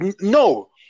no